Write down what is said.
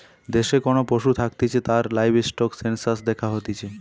দেশে কোন পশু থাকতিছে তার লাইভস্টক সেনসাস দ্যাখা হতিছে